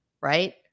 right